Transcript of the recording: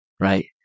right